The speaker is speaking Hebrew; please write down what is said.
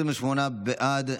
28 בעד,